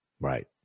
Right